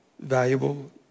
valuable